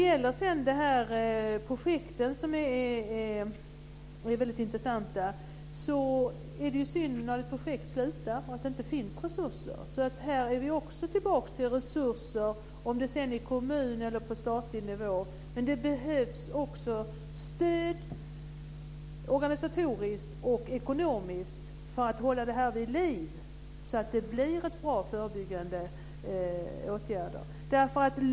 Projekten är väldigt intressanta. Det är synd när ett projekt slutar och det inte finns resurser. Här är vi tillbaka till frågan om resurser, oavsett om det sedan är på kommunal eller statlig nivå. Det behövs också stöd organisatoriskt och ekonomiskt för att hålla arbetet vid liv så att det blir bra förebyggande åtgärder.